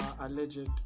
alleged